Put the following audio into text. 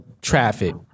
traffic